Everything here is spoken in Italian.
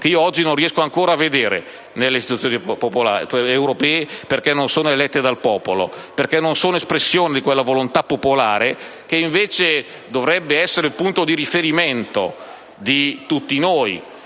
che oggi non riesco ancora a vedere nelle istituzioni europee, perché esse non sono elette dal popolo, perché non sono espressione di quella volontà popolare che invece dovrebbe essere un punto di riferimento per tutti noi.